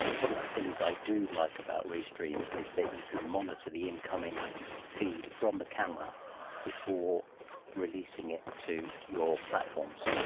one of the things i do like about restream is that you can monitor the incoming feed from the camera before releasing it to your platforms.